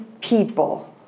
people